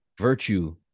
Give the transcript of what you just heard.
Virtue